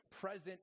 present